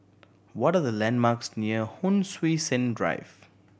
what are the landmarks near Hon Sui Sen Drive